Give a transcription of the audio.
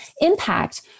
impact